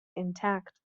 intact